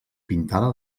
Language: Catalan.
pintada